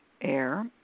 AIR